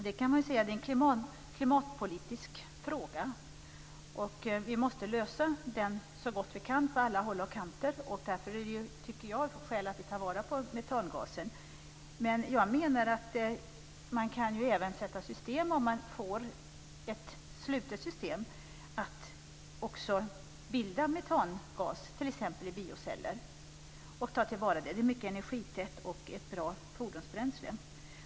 Det är en klimatpolitisk fråga som vi måste lösa så gott vi kan på alla håll och kanter. Därför finns det skäl att ta vara på metangasen. Men det går också att bilda metangas i t.ex. bioceller i ett slutet system och sedan ta till vara den. Det är ett bra, energitätt fordonsbränsle.